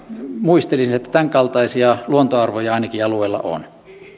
muistelisin että ainakin tämänkaltaisia luontoarvoja alueella on